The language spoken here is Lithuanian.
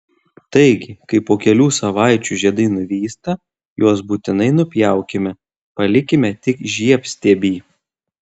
taigi kai po kelių savaičių žiedai nuvysta juos būtinai nupjaukime palikime tik žiedstiebį